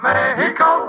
Mexico